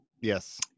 yes